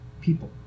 people